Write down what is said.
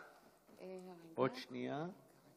אני רוצה לנצל את הדקה הזו שיש לי כאן